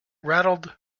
rattled